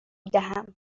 دهم